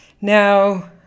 Now